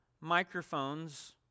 microphones